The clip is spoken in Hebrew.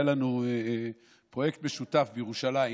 היה לנו פרויקט משותף בירושלים,